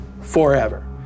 forever